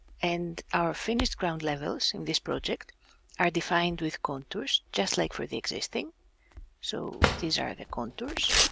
and our finished ground levels in this project are defined with contours just like for the existing so these are the contours.